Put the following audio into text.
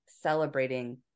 celebrating